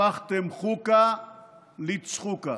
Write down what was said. הפכתם חוקא לצחוקא.